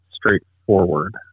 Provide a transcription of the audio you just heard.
Straightforward